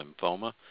lymphoma